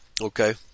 Okay